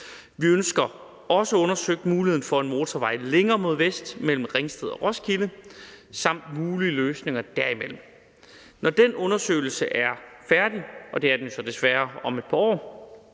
Vi ønsker også at undersøge muligheden for en motorvej længere mod vest mellem Ringsted og Roskilde samt mulige løsninger derimellem. Når den undersøgelse er færdig – og det er den jo så desværre først om et par år,